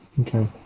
Okay